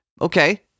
Okay